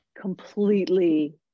completely